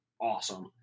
awesome